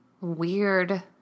Weird